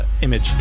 image